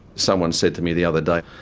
someone said to me the other day,